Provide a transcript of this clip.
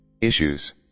Issues